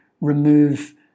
Remove